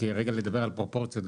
רגע לדבר על פרופורציות,